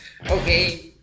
okay